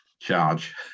Charge